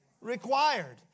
required